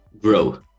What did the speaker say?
grow